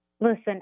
listen